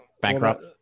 bankrupt